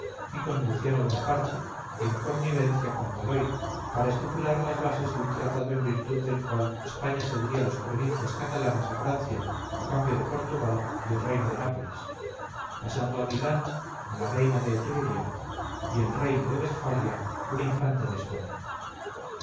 y con luciano bonaparte en connivencia con godoy para estipular las bases de un tratado en virtud del cual españa cedería las provincias catalanas a francia a cambio de portugal y el reino de nápoles pasando milán a la reina de etruria y el reino de westfalia a un infante de españa